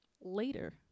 Later